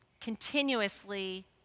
continuously